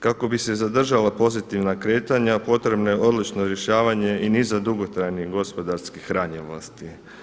Kako bi se zadržala pozitivna kretanja potrebno je odlučno rješavanje i niza dugotrajnih gospodarskih ranjivosti.